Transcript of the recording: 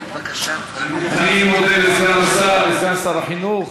אני מודה לסגן שר החינוך,